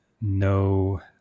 no